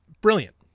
Brilliant